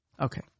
Okay